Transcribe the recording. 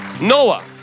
Noah